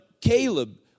Caleb